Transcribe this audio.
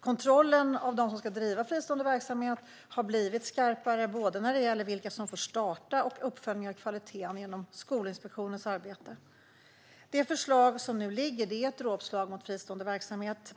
Kontrollen av dem som ska driva fristående verksamhet har genom Skolinspektionens arbete blivit skarpare när det gäller vilka som får starta sådan verksamhet och uppföljningar av kvalitet. Det förslag som nu ligger är ett dråpslag mot fristående verksamhet.